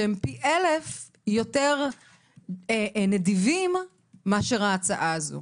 שהם פי אלף יותר נדיבים מאשר ההצעה הזו.